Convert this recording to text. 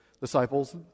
disciples